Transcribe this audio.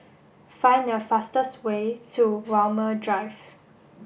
find the fastest way to Walmer Drive